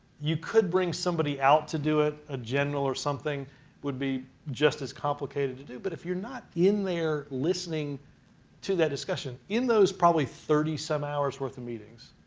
you could bring somebody out to do it, a general or something would be just as complicated to do, but if you're not in there listening to that discussion, in those probably thirty some hours of and meetings,